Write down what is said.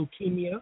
leukemia